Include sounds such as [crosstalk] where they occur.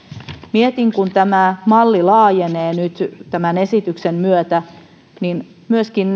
mietin että kun tämä malli laajenee nyt tämän esityksen myötä niin lisääntyy myöskin [unintelligible]